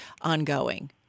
ongoing